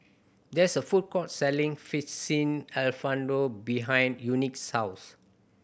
there is a food court selling Alfredo behind Unique's house